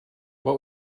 what